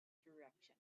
direction